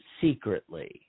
secretly